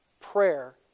prayer